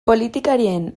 politikarien